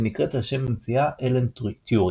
שנקראת על שם ממציאה אלן טיורינג,